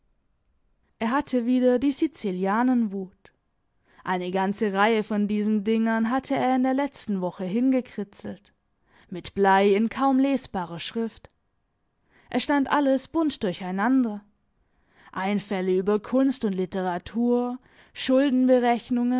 er hatte wieder die sicilianenwut eine ganze reihe von diesen dingern hatte er in der letzten woche hingekritzelt mit blei in kaum lesbarer schrift es stand alles bunt durcheinander einfälle über kunst und literatur